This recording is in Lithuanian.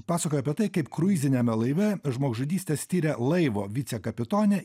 pasakoja apie tai kaip kruiziniame laive žmogžudystes tiria laivo vicekapitonė